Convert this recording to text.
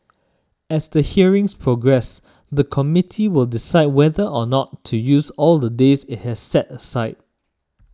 as the hearings progress the Committee will decide whether or not to use all the days it has set aside